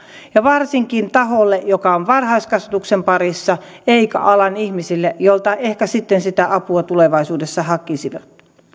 ja varsinkaan taholle joka on varhaiskasvatuksen parissa ja alan ihmisille joilta ehkä sitten sitä apua tulevaisuudessa hakisivat